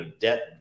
debt